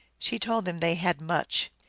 she told him they had much.